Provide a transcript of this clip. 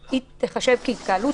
היא תיחשב כהתקהלות.